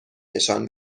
نشان